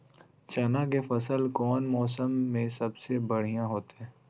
चना के फसल कौन मौसम में सबसे बढ़िया होतय?